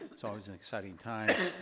it's always an exciting time.